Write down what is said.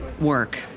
work